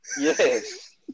Yes